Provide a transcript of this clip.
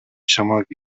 чамайг